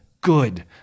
good